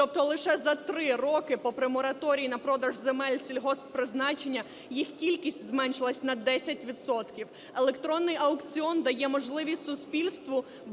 Тобто лише за 3 роки, попри мораторій на продаж земель сільгосппризначення, їх кількість зменшилась на 10 відсотків. Електронний аукціон дає можливість суспільству